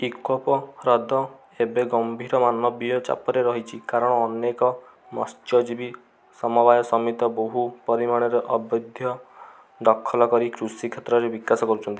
ଇକୋପ ହ୍ରଦ ଏବେ ଗମ୍ଭୀର ମାନବୀୟ ଚାପରେ ରହିଛି କାରଣ ଅନେକ ମତ୍ସ୍ୟଜୀବୀ ସମବାୟ ସମିତ ବହୁ ପରିମାଣରେ ଅବୈଧ ଦଖଲ କରି କୃଷି କ୍ଷେତ୍ରରେ ବିକାଶ କରୁଛନ୍ତି